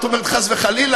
את אומרת חס וחלילה,